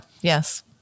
yes